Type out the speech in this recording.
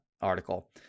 article